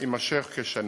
והוא יימשך כשנה.